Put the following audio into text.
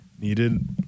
needed